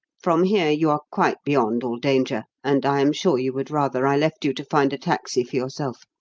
from here, you are quite beyond all danger, and i am sure you would rather i left you to find a taxi for yourself.